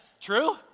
True